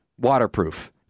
Waterproof